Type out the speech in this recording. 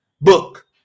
book